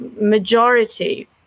majority